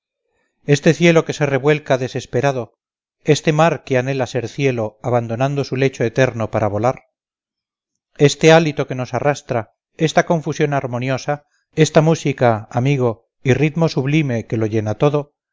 este cielo que se revuelca desesperado este mar que anhela ser cielo abandonando su lecho eterno para volar este hálito que nos arrastra esta confusión armoniosa esta música amigo y ritmo sublime que lo llena todo